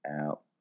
out